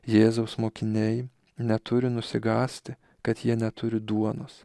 jėzaus mokiniai neturi nusigąsti kad jie neturi duonos